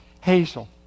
Hazel